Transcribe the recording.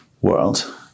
world